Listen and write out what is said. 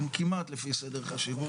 הן כמעט לפי סדר חשיבות.